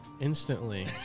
instantly